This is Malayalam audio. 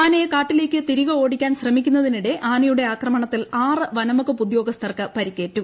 ആനയെ കാട്ടിലേക്ക് തിരികെ ഓടിക്കാൻ ശ്രമിക്കുന്നതിനിടെ ആനയുടെ ആക്രമണത്തിൽ ആറ് വനംവകുപ്പ് ഉദ്യോഗസ്ഥർക്ക് പരിക്കേറ്റു